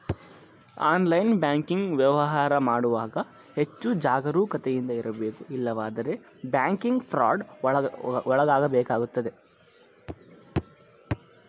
online banking ವ್ಯವಹಾರ ಮಾಡುವಾಗ ಹೆಚ್ಚು ಜಾಗರೂಕತೆಯಿಂದ ಇರಬೇಕು ಇಲ್ಲವಾದರೆ ಬ್ಯಾಂಕಿಂಗ್ ಫ್ರಾಡ್ ಒಳಗಾಗಬೇಕಾಗುತ್ತದೆ